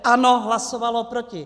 ANO hlasovalo proti.